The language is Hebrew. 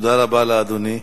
תודה רבה לאדוני.